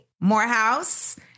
Morehouse